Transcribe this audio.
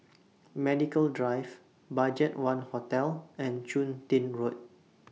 Medical Drive BudgetOne Hotel and Chun Tin Road